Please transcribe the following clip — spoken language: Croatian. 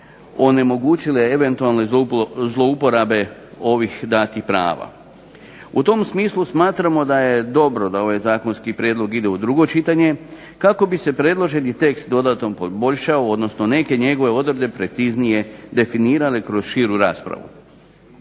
onemogućile eventualne zlouporabe ovih datih prava. U tom smislu smatramo da je dobro da ovaj zakonski prijedlog ide u drugo čitanje kako bi se tekst dodatno poboljšao odnosno neke njegove odredbe preciznije definirale kroz širu raspravu.